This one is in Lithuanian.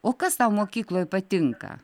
o kas tau mokykloj patinka